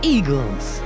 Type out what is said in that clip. Eagles